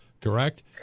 correct